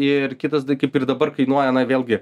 ir kitas kaip ir dabar kainuoja na vėlgi